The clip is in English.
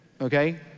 okay